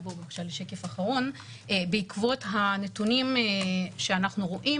בעקבות הנתונים שאנחנו רואים,